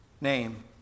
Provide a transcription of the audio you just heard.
name